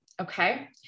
okay